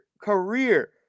career